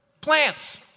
plants